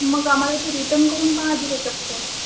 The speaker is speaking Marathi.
मग आम्हाला ती रिटर्न करून पाहिजेल आहे चप्पल